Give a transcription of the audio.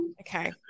Okay